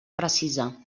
precisa